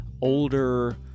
older